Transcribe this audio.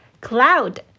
cloud